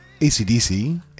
ACDC